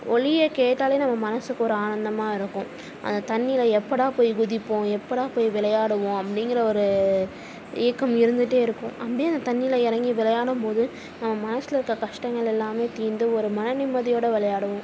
ஒலியை கேட்டாலே நம்ம மனதுக்கு ஒரு ஆனந்தமாக இருக்கும் அந்த தண்ணியில் எப்போடா போய் குதிப்போம் எப்போடா போய் விளையாடுவோம் அப்படிங்கிற ஒரு ஏக்கம் இருந்துகிட்டே இருக்கும் அப்படியே அந்த தண்ணியில் இறங்கி விளையாடும் போது நம்ம மனதில் இருக்கிற கஷ்டங்கள் எல்லாமே தீர்ந்து ஒரு மன நிம்மதியோடு விளையாடுவோம்